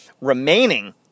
remaining